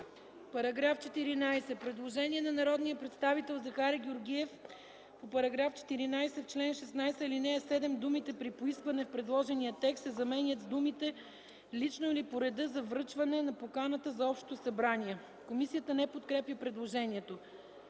е постъпило предложение на народния представител Захари Георгиев – в чл. 16, ал. 7 думите „при поискване” в предложения текст се заменят с думите „лично или по реда за връчване на поканата за общото събрание. Комисията не подкрепя предложението.